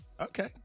Okay